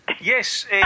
Yes